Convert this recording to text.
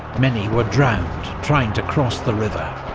many were drowned trying to cross the river,